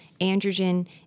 androgen